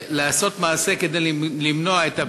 לעשות מעשה כדי למנוע את